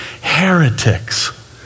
heretics